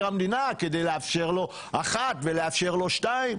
המדינה כדי לאפשר לו אחד ולאפשר לו שניים,